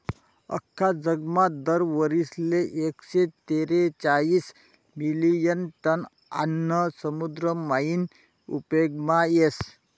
आख्खा जगमा दर वरीसले एकशे तेरेचायीस मिलियन टन आन्न समुद्र मायीन उपेगमा येस